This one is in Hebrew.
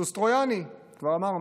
סוס טרויאני, כבר אמרנו.